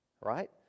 right